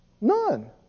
None